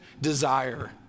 desire